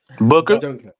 Booker